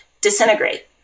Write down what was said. disintegrate